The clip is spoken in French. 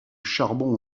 charbon